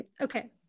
okay